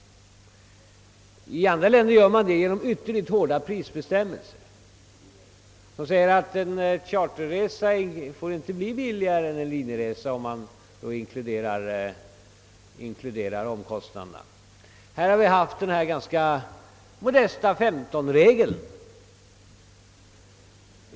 I andra länder förhindrar man en sådan utveckling genom ytterligt hårda prisbestämmelser. Man stipulerar sålunda att en charterresa inte får bli billigare än en linjeresa, när omkostnaderna inkluderats. I Sverige har vi ju tillämpat den ganska modesta 15-regeln.